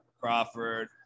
Crawford